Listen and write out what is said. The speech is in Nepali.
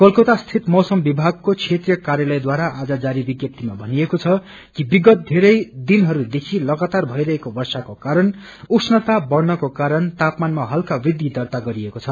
कोलकाता स्थित मौसम विभागको क्षेत्रिय काय्पलयद्वारा आज जारी विज्ञप्तीमा भनिएको छ कि विगत बेरै दिनहरूदेखि लगातार भइरहेको वर्षाको कारण उष्ण्ता बढ़नको कारण तापमानमााहल्का वृद्धि दर्ता गरिएको छ